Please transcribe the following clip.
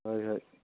ꯍꯣꯏ ꯍꯣꯏ